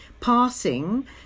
passing